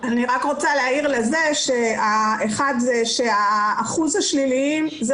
אני רוצה להעיר שאחוז השליליים הוא